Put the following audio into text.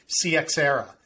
CXERA